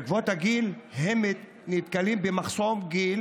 בעקבות הגיל, הם נתקלים במחסום גיל